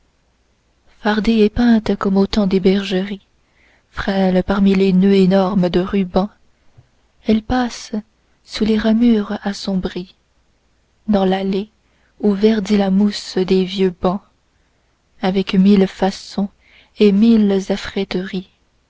fardée et peinte comme au temps des bergeries frêle parmi les noeuds énormes de rubans elle passe sous les ramures assombries dans l'allée où verdit la mousse des vieux bancs avec mille façons et mille